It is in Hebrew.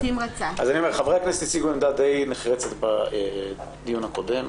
חברי הכנסת הציגו עמדה די נחרצת בדיון הקודם.